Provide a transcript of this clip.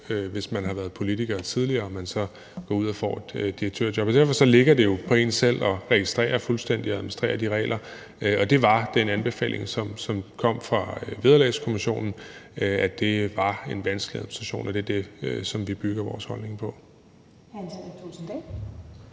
hvis man har været politiker tidligere og så går ud og får et direktørjob. Så derfor ligger det jo på en selv at registrere fuldstændig og administrere de regler. Og det var den anbefaling, som kom fra Vederlagskommissionen, altså at det var en vanskelig administration – og det er det, som vi bygger vores holdning på. Kl. 20:24 Første